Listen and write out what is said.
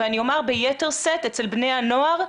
ואני אומר ביתר שאת אצל בני הנוער,